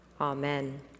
Amen